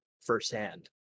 firsthand